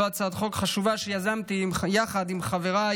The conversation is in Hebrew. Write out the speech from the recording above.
זו הצעת חוק חשובה שיזמתי יחד עם חבריי